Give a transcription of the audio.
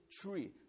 tree